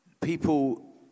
people